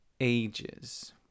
ages